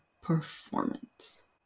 performance